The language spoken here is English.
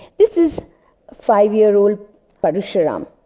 this is five-year-old parusharam.